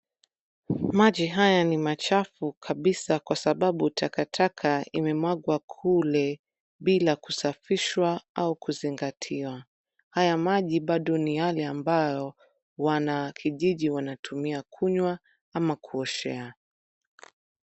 Maji haya ni machafu kabisa kwa sababu takataka imemwagwa kule bila kusafishwa au kuzingatiwa. Haya maji bado ni yale ambao wanakijiji wanatumia kunywa ama kuoshea.